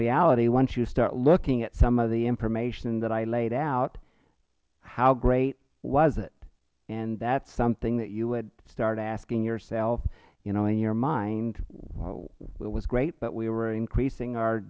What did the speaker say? reality once you start looking at some of the information that i laid out how great was it and that is something that you would start asking yourself in your mind it was great but we were increasing our